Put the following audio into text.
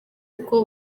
kuko